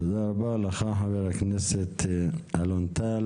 תודה רבה לך חבר הכנסת אלון טל.